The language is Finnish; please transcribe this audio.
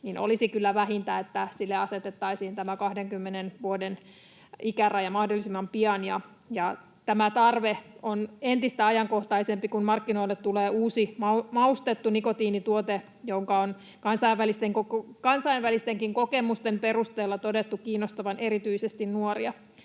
niin olisi kyllä vähintä, että sille asetettaisiin tämä 20 vuoden ikäraja mahdollisimman pian. Tämä tarve on entistä ajankohtaisempi, kun markkinoille tulee uusi maustettu nikotiinituote, jonka on kansainvälistenkin kokemusten perusteella todettu kiinnostavan erityisesti nuoria.